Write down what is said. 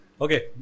Okay